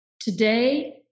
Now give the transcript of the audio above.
Today